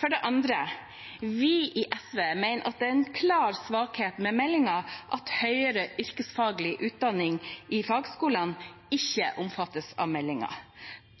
For det andre: Vi i SV mener det er en klar svakhet ved meldingen at høyere yrkesfaglig utdanning i fagskolene ikke omfattes av meldingen –